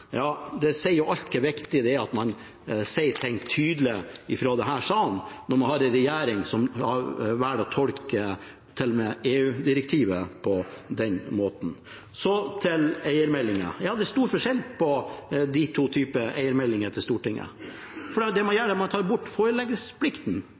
ja, det sier jo alt om hvor viktig det er at man sier ting tydelig fra denne salen, når man har en regjering som velger å tolke til og med et EU-direktiv på den måten. Så til eiermeldingen: Ja, det er stor forskjell på de to typene eiermelding til Stortinget. Det man